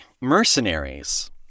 Mercenaries